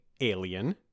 Alien